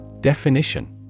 Definition